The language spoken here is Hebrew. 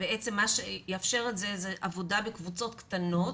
בעצם מה שיאפשר את זה זו עבודה בקבוצות קטנות